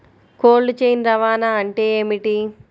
Cold chain రవాణా అంటే ఏమిటీ?